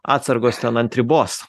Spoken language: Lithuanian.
atsargos ten ant ribos